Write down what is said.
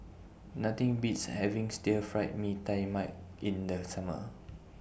Nothing Beats having Stir Fried Mee Tai Mak in The Summer